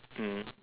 mm